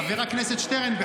חבר הכנסת שטרן,